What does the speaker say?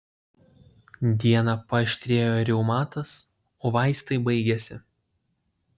dieną paaštrėjo reumatas o vaistai baigėsi